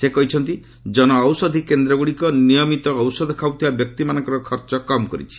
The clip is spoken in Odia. ସେ କହିଛନ୍ତି ଜନଔଷଧୀ କେନ୍ଦ୍ରଗୁଡ଼ିକ ନିୟମିତ ଔଷଧ ଖାଉଥିବା ବ୍ୟକ୍ତିମାନଙ୍କର ଖର୍ଚ୍ଚ କମ୍ କରିଛି